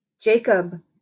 Jacob